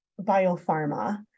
biopharma